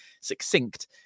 succinct